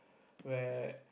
where